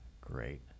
great